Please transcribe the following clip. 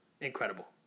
incredible